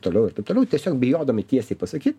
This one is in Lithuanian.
toliau ir taip toliau tiesiog bijodami tiesiai pasakyt